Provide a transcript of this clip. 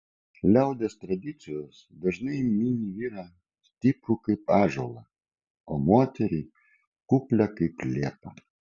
liaudies tradicijos dažnai mini vyrą stiprų kaip ąžuolą o moterį kuplią kaip liepą